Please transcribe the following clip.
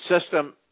system